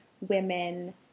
women